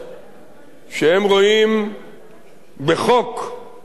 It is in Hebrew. שהם רואים בחוק המיוחד